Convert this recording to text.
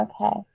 Okay